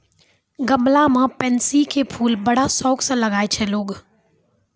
गमला मॅ पैन्सी के फूल बड़ा शौक स लगाय छै लोगॅ